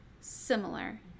similar